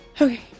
Okay